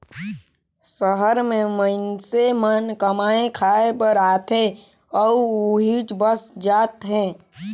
सहर में मईनसे मन कमाए खाये बर आथे अउ उहींच बसत जात हें